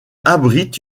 abrite